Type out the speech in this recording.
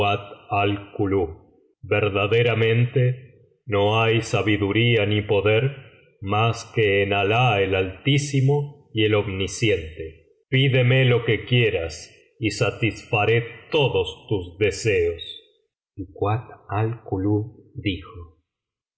kuat al kulub verdaderamente no hay sabiduría ni poder mas que en alah el altísimo y el omnisciente pídeme lo que quieras y satisfaré todos tus deseos y kuat al kulub dijo